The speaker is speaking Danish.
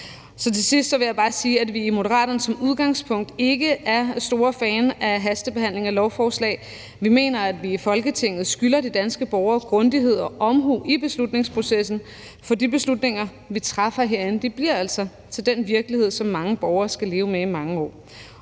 Til sidst vil jeg bare sige, at vi i Moderaterne som udgangspunkt ikke er store fans af hastebehandling af lovforslag. Vi mener, at vi i Folketinget skylder de danske borgere grundighed og omhu i beslutningsprocessen, for de beslutninger, vi træffer herinde, bliver altså til den virkelighed, som mange borgere skal leve med i mange år.